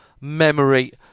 memory